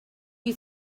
you